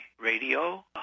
Radio